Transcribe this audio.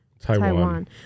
taiwan